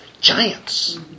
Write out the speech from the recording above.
giants